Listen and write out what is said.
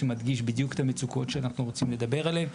שמדגיש בדיוק את המצוקות שאנחנו רוצים לדבר עליהן.